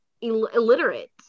illiterate